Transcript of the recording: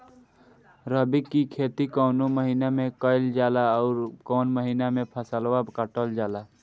रबी की खेती कौने महिने में कइल जाला अउर कौन् महीना में फसलवा कटल जाला?